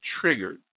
triggered